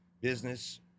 business